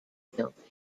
building